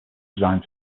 designed